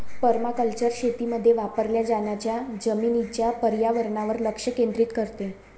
permaculture शेतीमध्ये वापरल्या जाणाऱ्या जमिनीच्या पर्यावरणावर लक्ष केंद्रित करते